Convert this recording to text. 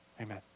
amen